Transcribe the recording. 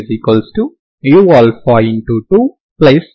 02u